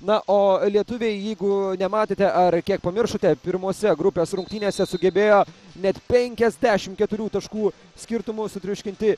na o lietuviai jeigu nematėte ar kiek pamiršote pirmose grupės rungtynėse sugebėjo net penkiasdešimt keturių taškų skirtumu sutriuškinti